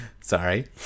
Sorry